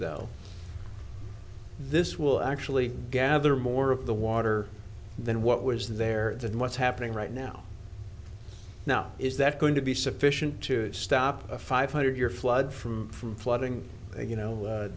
though this will actually gather more of the water than what was there and what's happening right now now is that going to be sufficient to stop a five hundred year flood from from flooding you know